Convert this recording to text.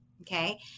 Okay